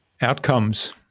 outcomes